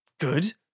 good